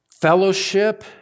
fellowship